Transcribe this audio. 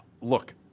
Look